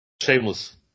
Shameless